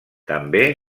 també